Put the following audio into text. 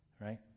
right